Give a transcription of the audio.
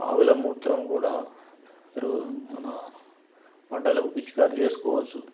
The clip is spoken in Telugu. ఆవుల మూత్రం కూడా ఎరువు మన పంటలకు పిచికారీ చేసుకోవచ్చు